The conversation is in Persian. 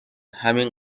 همین